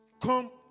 come